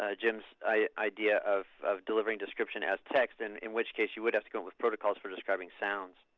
ah jim's idea of of delivering description as text and in which case you would have to go with protocols for describing sound.